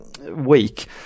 week